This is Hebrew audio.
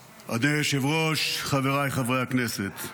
היושב-ראש, חבריי חברי הכנסת,